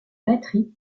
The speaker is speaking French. batterie